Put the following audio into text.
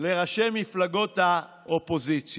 לראשי מפלגות האופוזיציה: